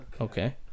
Okay